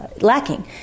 lacking